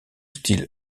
style